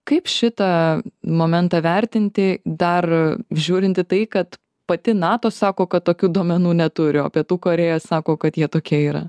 kaip šitą momentą vertinti dar žiūrint į tai kad pati nato sako kad tokių duomenų neturi o pietų korėja sako kad jie tokie yra